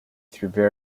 throughout